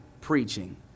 preaching